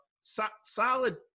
Solid